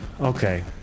Okay